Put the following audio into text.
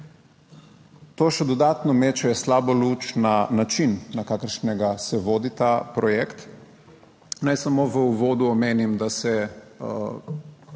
To še dodatno meče slabo luč na način, na kakršnega se vodi ta projekt. Naj samo v uvodu omenim, da se